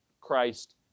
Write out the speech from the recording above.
Christ